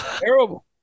terrible